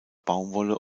baumwolle